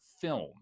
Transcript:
film